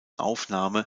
aufnahme